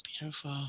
Beautiful